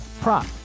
prop